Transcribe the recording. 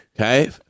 okay